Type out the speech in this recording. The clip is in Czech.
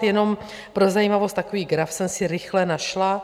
Jenom pro zajímavost, takový graf jsem si rychle našla.